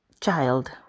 child